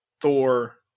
Thor